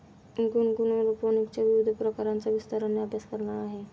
गुनगुन एरोपोनिक्सच्या विविध प्रकारांचा विस्ताराने अभ्यास करणार आहे